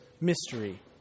mystery